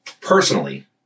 personally